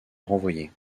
renvoyer